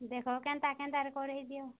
ଦେଖ କେନ୍ତା କେନ୍ତାରେ କରେଇ ଦିଅ